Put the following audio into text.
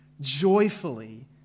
joyfully